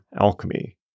alchemy